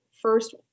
first